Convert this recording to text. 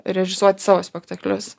režisuoti savo spektaklius